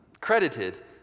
credited